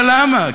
למה ולמה?